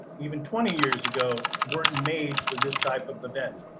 even twenty years ago, weren't made for this type of event.